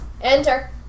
Enter